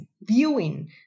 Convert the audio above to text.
viewing